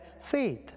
faith